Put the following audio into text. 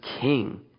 king